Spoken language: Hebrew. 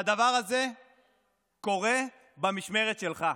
והדבר הזה קורה במשמרת שלך.